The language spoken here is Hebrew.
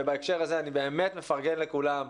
ובהקשר הזה אני באמת מפרגן לכולם,